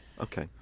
Okay